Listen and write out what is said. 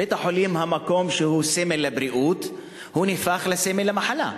בית-החולים הוא המקום שהוא סמל הבריאות והוא הפך לסמל המחלה.